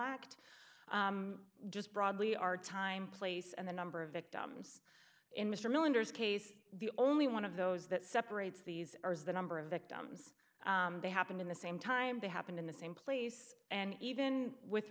act just broadly our time place and the number of victims in mr miller's case the only one of those that separates these are the number of victims they happened in the same time they happened in the same place and even with